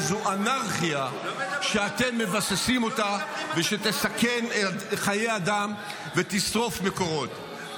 זאת אנרכיה שאתם מבססים אותה ושתסכן חיי אדם ותשרוף מקורות.